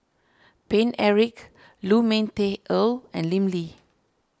Paine Eric Lu Ming Teh Earl and Lim Lee